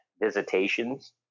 visitations